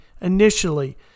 initially